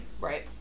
Right